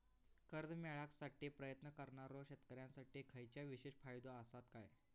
कर्जा मेळाकसाठी प्रयत्न करणारो शेतकऱ्यांसाठी खयच्या विशेष फायदो असात काय?